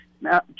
now